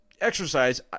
exercise